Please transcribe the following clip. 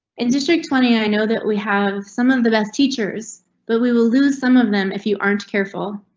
in district twenty, i know that we have some of the best teachers, but we will lose some of them if you aren't careful.